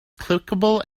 clickable